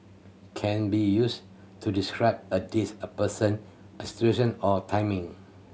can be used to describe a dish a person a situation or timing